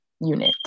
unit